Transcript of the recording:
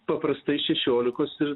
paprastai šešiolikos ir